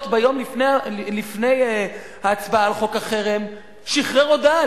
ביום לפני ההצבעה על חוק החרם שחרר הודעה,